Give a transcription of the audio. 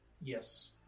Yes